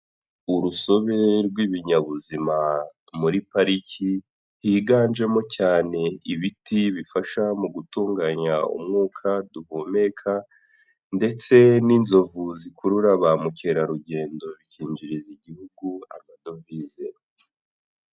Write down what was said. Urusobe rw'ibinyabuzima muri pariki, higanjemo cyane ibiti bifasha mu gutunganya umwuka duhumeka ndetse n'inzovu zikurura ba mukerarugendo bikinjiriza igihugu amadovize.